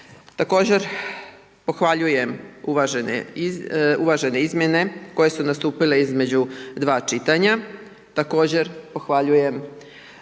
Također pohvaljujem uvažene izmjene koje su nastupile između dva čitanja,